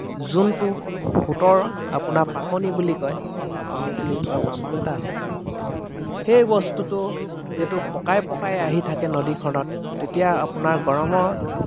যোনটো সোঁতৰ আপোনাৰ পাকনি বুলি কয় এ পাকনি বুলি কোৱা বস্তু এটা আছে সেই বস্তুটো যিহেতু পকাই পকাই আহি থাকে নদীখনত তেতিয়া আপোনাৰ গৰমৰ